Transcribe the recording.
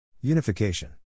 Unification